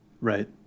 right